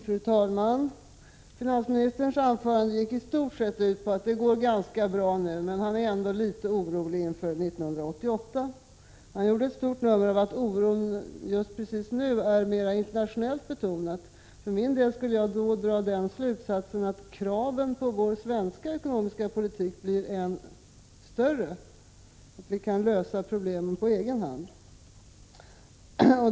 Fru talman! Finansministerns anförande gick i stort sett ut på att det går ganska bra nu, men han är ändå litet orolig inför 1988. Han gjorde ett stort nummer av att oron just precis nu är mera internationellt betonad. För min del skulle jag då dra den slutsatsen att kraven på vår svenska ekonomiska politik blir än större, att vi kan lösa problemen på egen hand.